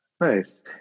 Nice